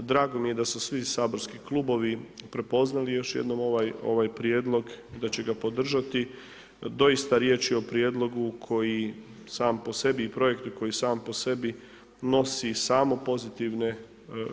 Drago mi je da su svi saborski klubovi prepoznali još jednom ovaj prijedlog, da će ga podržati, doista riječ je o prijedlog koji sam po sebi i projektu koji sam po nosi samo pozitivne